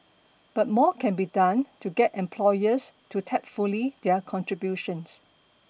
but more can be done to get employers to tap fully their contributions